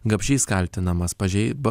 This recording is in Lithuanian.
gapšys kaltinamas pažei ba